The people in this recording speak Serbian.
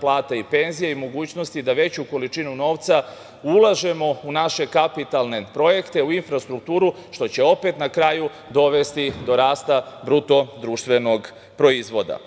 plata i penzija i mogućnosti da veću količinu novca ulažemo u naše kapitalne projekte, u infrastrukturu, što će opet na kraju dovesti do rasta BDP-a.